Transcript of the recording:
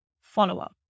follow-up